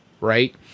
right